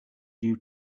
due